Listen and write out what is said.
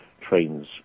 trains